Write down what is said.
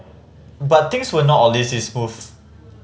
but things were not always this smooth